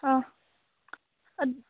ꯑꯥ